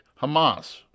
Hamas